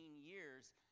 years